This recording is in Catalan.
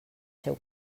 seu